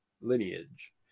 lineage